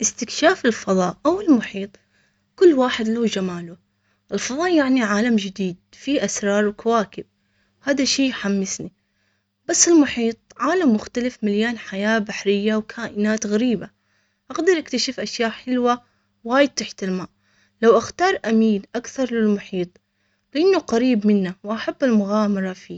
استكشاف الفضاء أو المحيط، كل واحد له جماله الفضاء، يعني عالم جديد في أسرار وكواكب هذا الشي يحمسني بس المحيط عالم مختلف، مليان حياة بحرية وكائنات غريبة أقدر أكتشف أشياء حلوة وايد تحت الماء لو اختار اميل.